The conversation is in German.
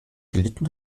gelitten